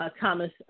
Thomas